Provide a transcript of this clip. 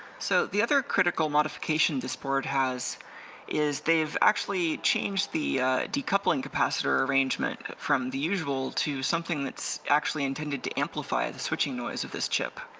so the other critical modification this board has is they've actually changed the decoupling capacitor arrangement from the usual to something that's actually intended to amplify the switching noise of this chip.